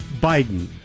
Biden